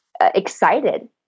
excited